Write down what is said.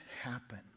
happen